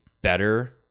better